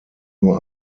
nur